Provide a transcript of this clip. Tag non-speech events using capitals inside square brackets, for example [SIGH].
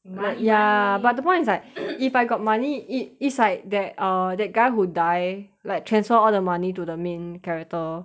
but ya money money but the point is like [COUGHS] if I got money it is like tha~ err that guy who die like transfer all the money to the main character